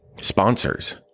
sponsors